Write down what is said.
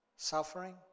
Suffering